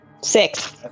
six